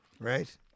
right